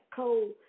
cold